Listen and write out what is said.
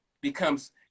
becomes